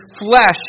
flesh